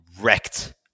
wrecked